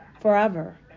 forever